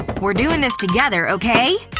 we're doing this together, okay?